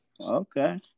Okay